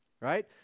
right